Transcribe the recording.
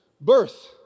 birth